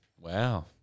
Wow